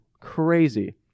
crazy